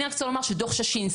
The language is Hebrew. אני רק רוצה לומר שדוח שישינסקי,